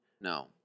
No